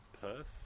Perth